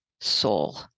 soul